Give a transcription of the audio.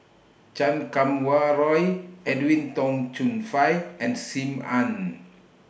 Chan Kum Wah Roy Edwin Tong Chun Fai and SIM Ann